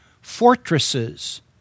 fortresses